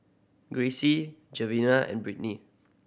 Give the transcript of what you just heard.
Gracie Geneva and Brittnie